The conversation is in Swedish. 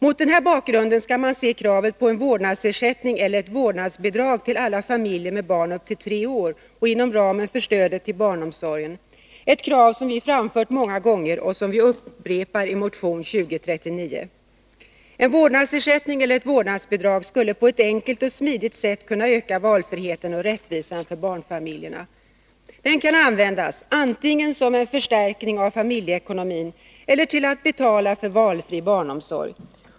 Mot denna bakgrund skall man se kravet på en vårdnadsersättning eller ett vårdnadsbidrag till alla familjer med barn upp till tre år inom ramen för stödet till barnomsorgen. Det är ett krav som vi framfört många gånger och som vi upprepar i motion 2039. En vårdnadsersättning eller ett vårdnadsbidrag skulle på ett enkelt och smidigt sätt kunna öka valfriheten och rättvisan för barnfamiljerna. Den kan användas antingen som en förstärkning av familjeekonomin eller till att betala för valfri barnomsorg.